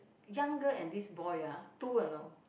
young girl and this boy ah two you know